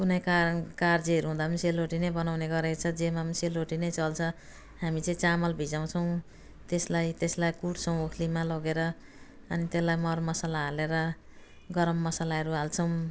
कुनै कारण कार्यहरू हुँदा पनि सेलरोटी नै बनाउने गरेको छ जेमा पनि सेलरोटी नै चल्छ हामी चाहिँ चामल भिजाउँछौँ त्यसलाई त्यसलाई कुट्छौँ ओखलीमा लगेर अनि त्यसलाई मरमसाला हालेर गरम मसालाहरू हाल्छौँ